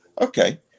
Okay